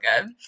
good